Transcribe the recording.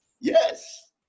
Yes